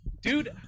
dude